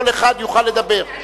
כל אחד יוכל לדבר.